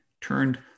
turned